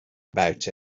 about